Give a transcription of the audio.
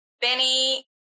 Benny